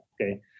okay